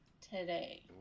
today